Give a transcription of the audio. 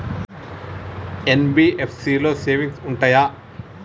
NBFC లో savings ఉంటయా?